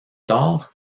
tard